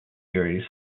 series